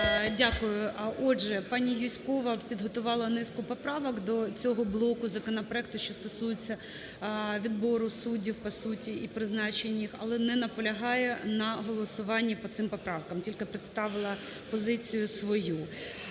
Дякую. Отже, пані Юзькова підготувала низку поправок до цього блоку законопроекту, що стосується відбору суддів по суті і призначенню їх. Але не наполягає на голосуванні по цим поправкам тільки представила позицію свою.